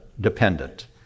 dependent